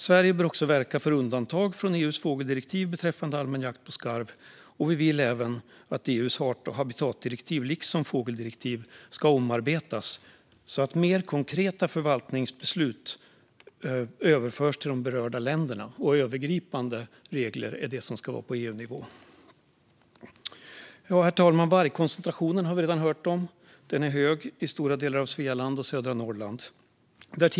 Sverige bör verka för undantag från EU:s fågeldirektiv beträffande allmän jakt på skarv. Vi vill även att EU:s art och habitatdirektiv liksom fågeldirektivet ska omarbetas så att fler konkreta förvaltningsbeslut överförs till berörda länder. På EU-nivå ska det vara övergripande regler. Herr talman! Vargkoncentrationen har vi redan hört om. Den är hög i stora delar av Svealand och södra Norrland.